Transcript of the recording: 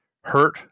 hurt